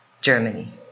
Germany